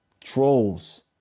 trolls